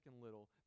little